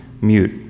mute